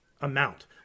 amount